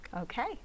Okay